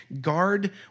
guard